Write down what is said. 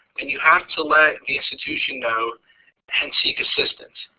and you have to let the institution know and seek assistance.